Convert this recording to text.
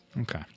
Okay